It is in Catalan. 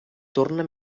torna